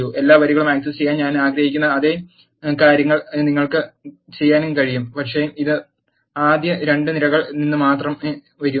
എല്ലാ വരികളും access ചെയ്യാൻ ഞാൻ ആഗ്രഹിക്കുന്ന അതേ കാര്യങ്ങൾ നിങ്ങൾക്ക് ചെയ്യാനും കഴിയും പക്ഷേ ഇത് ആദ്യ രണ്ട് നിരകളിൽ നിന്ന് മാത്രം വരണം